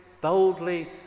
Boldly